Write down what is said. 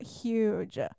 huge